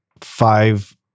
five